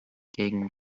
gegen